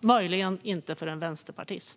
Möjligen känns det inte så för en vänsterpartist.